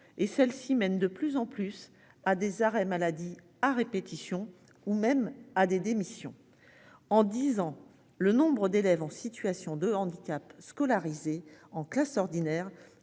et celle-ci mène de plus en plus à des arrêts maladie à répétition ou même à des démissions. En 10 ans le nombre d'élèves en situation de handicap, scolarisés en classe ordinaire